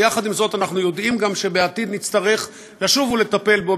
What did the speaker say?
ויחד עם זאת אנחנו יודעים גם שבעתיד נצטרך לשוב ולטפל בו,